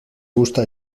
gusta